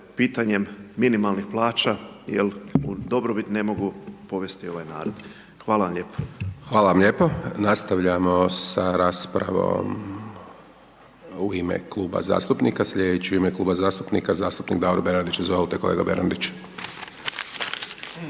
pitanjem minimalnih plaća jel u dobrobiti ne mogu povesti ovaj narod. Hvala vam lijepo. **Hajdaš Dončić, Siniša (SDP)** Hvala vam lijepo. Nastavljamo sa raspravom u ime kluba zastupnika. Slijedeći u ime kluba zastupnika, zastupnik Davor Bernardić. Izvolte, kolega Bernardić.